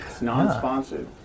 non-sponsored